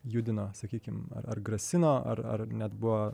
judino sakykime ar grasino ar ar net buvo